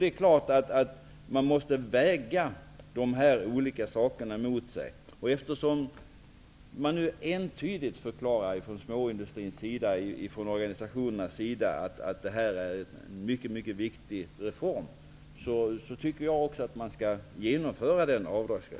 Det är klart att man måste väga de här olika sakerna mot varandra. Eftersom man från småindustrins och organisationernas sida nu entydigt förklarar att den här avdragsrätten är en mycket viktig reform tycker jag också att man skall genomföra den.